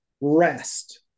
rest